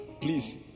Please